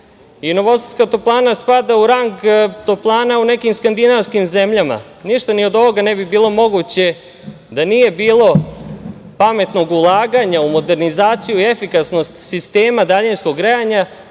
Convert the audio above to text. i Novosadska toplana spada u rang toplana u nekim skandinavskim zemljama. Ništa ni od ovoga ne bi bilo moguće da nije bilo pametnog ulaganja u modernizaciju efikasnosti sistema daljinskog grejanja,